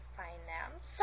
finance